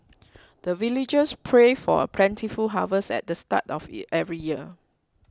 the villagers pray for a plentiful harvest at the start of yeah every year